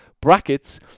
brackets